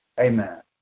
Amen